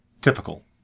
Typical